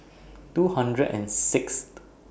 two hundred and six